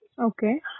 Okay